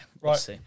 Right